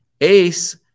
ACE